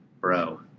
bro